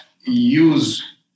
use